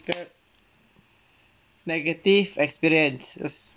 negative experiences